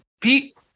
Pete